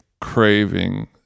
craving